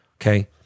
okay